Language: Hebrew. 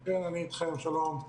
כן, שלום.